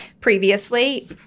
previously